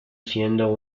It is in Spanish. siendo